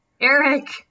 Eric